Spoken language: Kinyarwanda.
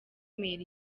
mail